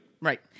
Right